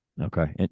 Okay